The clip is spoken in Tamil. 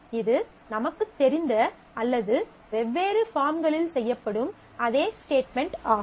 இது நமக்குத் தெரிந்த அல்லது வெவ்வேறு பார்ம்ங்களில் செய்யப்படும் அதே ஸ்டேட்மென்ட் ஆகும்